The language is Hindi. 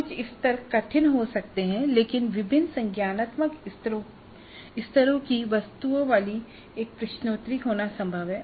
उच्च स्तर कठिन हो सकते हैं लेकिन विभिन्न संज्ञानात्मक स्तरों की वस्तुओं वाली एक प्रश्नोत्तरी होना संभव है